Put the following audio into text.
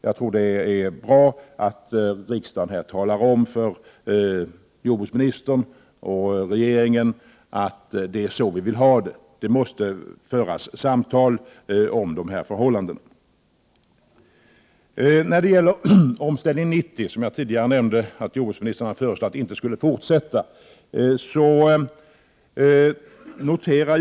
Jag tror det är bra att riksdagen här talar om för jordbruksministern och regeringen att det är så vi vill ha det. Det måste föras samtal om dessa förhållanden. Jag nämnde tidigare att jordbruksministern föreslår att Omställning 90 inte skall fortsätta.